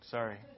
Sorry